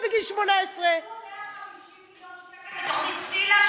בגיל 18. אבל לקחו 150 מיליון שקל מתוכנית ציל"ה,